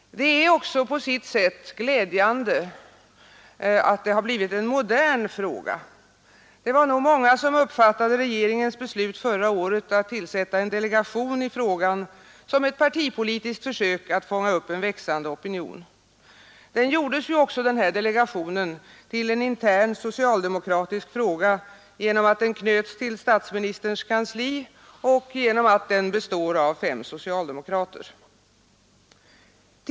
Det är också på sitt sätt glädjande att det har blivit en modern fråga. Det var nog många som uppfattade regeringens beslut förra året att tillsätta en delegation i frågan som ett partipolitiskt försök att fånga upp en växande opinion. Den gjordes också till en intern socialdemokratisk fråga genom att delegationen knöts till statsministerns kansli och genom att den består av fem socialdemokrater.